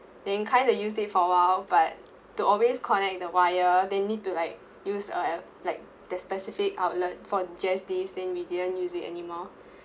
then you kind of use it for a while but to always connect the wire they need to like use uh like the specific outlet for just this then we didn't use it anymore